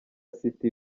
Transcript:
city